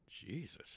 Jesus